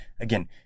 Again